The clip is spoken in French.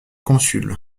consul